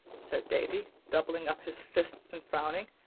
said davy, doubling up his fists and frowning.